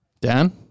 Dan